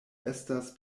estas